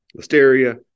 Listeria